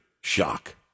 shock